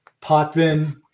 Potvin